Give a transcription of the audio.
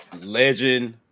legend